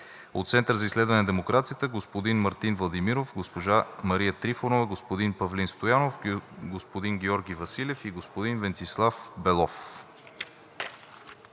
от Центъра за изследване на демокрацията – господин Мартин Владимиров, госпожа Мария Трифонова, господин Павлин Стоянов, господин Георги Василев и господин Венцислав Белов.